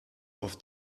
auf